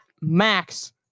Max